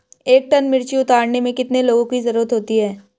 एक टन मिर्ची उतारने में कितने लोगों की ज़रुरत होती है?